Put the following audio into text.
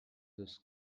this